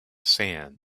sand